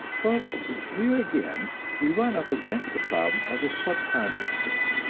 but here again we run up against the problem of the subconsciousness,